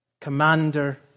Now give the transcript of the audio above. commander